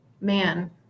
man